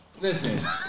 Listen